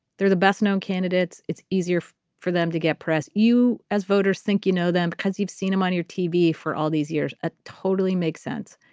they're the best known candidates. it's easier for them to get press. you as voters think you know them because you've seen them on your tv for all these years a totally makes sense.